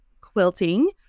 quilting